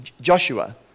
Joshua